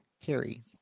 Carrie